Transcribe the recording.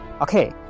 okay